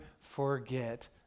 forget